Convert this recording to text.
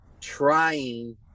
trying